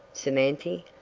samanthy.